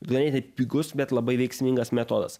ganėtinai pigus bet labai veiksmingas metodas